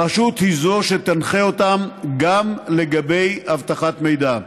הרשות היא זו שתנחה אותם גם לגבי אבטחת מידע.